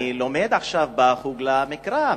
אני לומד עכשיו בחוג למקרא,